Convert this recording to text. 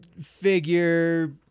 figure